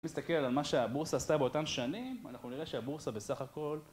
אם נסתכל על מה שהבורסה עשתה באותן שנים, אנחנו נראה שהבורסה בסך הכל...